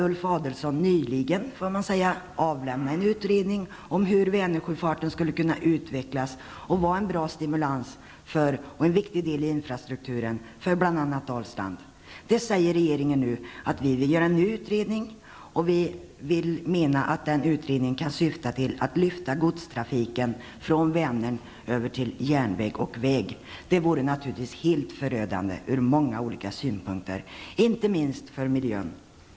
Ulf Adelsohn har nyligen lagt fram en utredning om hur Vänersjöfarten skulle kunna utvecklas och vara en bra stimulans för och en viktig del av infrastrukturen i Dalsland. Där säger regeringen nu att man vill göra en ny utredning. Vi menar att den utredningen kan syfta till att lyfta över godstrafiken från Vänern till järnväg och väg. Det vore naturligtvis helt förödande ur många olika synpunkter, inte minst för miljön.